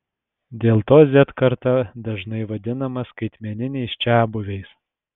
dėl to z karta dažnai vadinama skaitmeniniais čiabuviais